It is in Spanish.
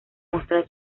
mostrar